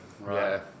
Right